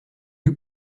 eut